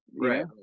Right